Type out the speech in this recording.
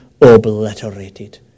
obliterated